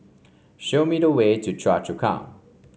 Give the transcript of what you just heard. show me the way to Choa Chu Kang